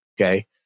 Okay